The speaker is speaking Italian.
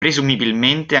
presumibilmente